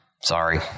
sorry